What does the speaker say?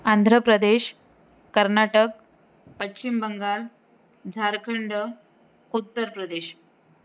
Andhra Pradesh Karnataka Paschim Bengal Jharkhand Uttar Pradesh